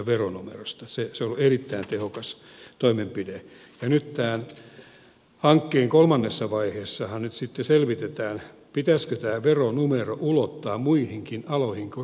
se on ollut erittäin tehokas toimenpide ja tämän hankkeen kolmannessa vaiheessahan nyt sitten selvitetään pitäisikö tämä veronumero ulottaa muihinkin aloihin kuin rakennusalaan